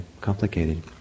complicated